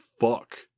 fuck